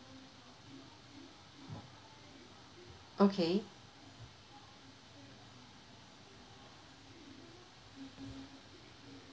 okay